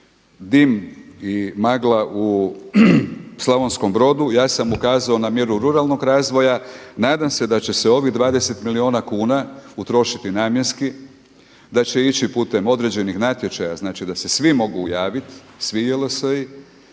dim i magla u Slavonskom Brodu, ja sam ukazao na mjeru ruralnog razvoja. Nadam se da će se ovih 20 milijuna kuna utrošiti namjenski, da će ići putem određenih natječaja znači da se svi mogu javiti, svi JLS-i